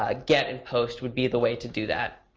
ah get and post would be the way to do that.